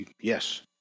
yes